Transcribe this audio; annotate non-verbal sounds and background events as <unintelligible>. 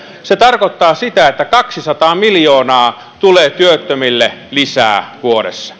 se tarkoittaa sitä että kaksisataa miljoonaa tulee työttömille lisää vuodessa <unintelligible>